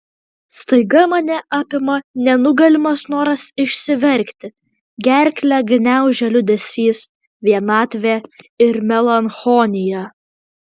staiga mane apima nenugalimas noras išsiverkti gerklę gniaužia liūdesys vienatvė ir melancholija